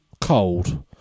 cold